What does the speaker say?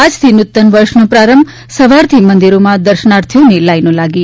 આજથી નૂતન વર્ષનો પ્રારંભ સવારથી મંદિરોમાં દર્શનાર્થીઓની લાઇનો લાગી